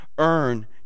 earn